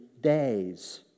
days